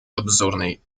обзорной